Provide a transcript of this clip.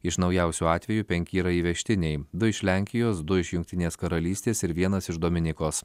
iš naujausių atvejų penki yra įvežtiniai du iš lenkijos du iš jungtinės karalystės ir vienas iš dominikos